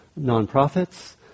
nonprofits